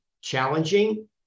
challenging